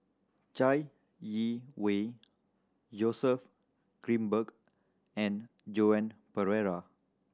Chai Yee Wei Joseph Grimberg and Joan Pereira